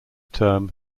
term